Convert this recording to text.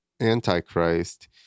Antichrist